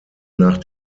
nach